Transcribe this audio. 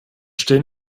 stehen